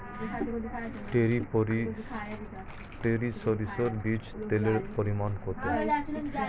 টরি সরিষার বীজে তেলের পরিমাণ কত?